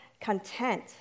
content